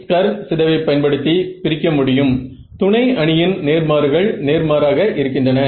சில நேரம் இரண்டு முடிவுகளும் சிறிது வேறுபட்டவையாக தெரிகின்றன